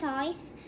toys